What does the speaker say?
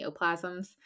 neoplasms